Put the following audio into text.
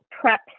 prep